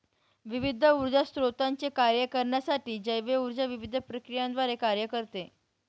विविध ऊर्जा स्त्रोतांचे कार्य करण्यासाठी जैव ऊर्जा विविध प्रक्रियांद्वारे कार्य करते